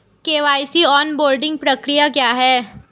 KYC onboarding प्रक्रिया क्या है?